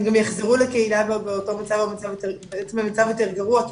גם יחזרו לקהילה באותו מצב או במצב יותר גרוע,